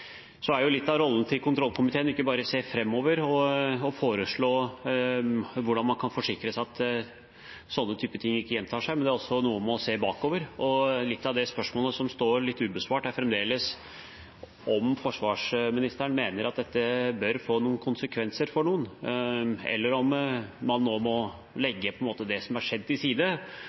Litt av rollen til kontrollkomiteen er ikke bare å se framover og foreslå hvordan man kan forsikre seg om at slike ting ikke gjentar seg, men det er også noe med å se bakover. Et spørsmål som fremdeles står litt ubesvart, er om forsvarsministeren mener dette bør få konsekvenser for noen, eller om man nå må legge det som er skjedd, til side